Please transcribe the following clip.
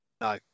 No